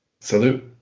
Salute